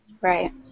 Right